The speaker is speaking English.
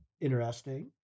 interesting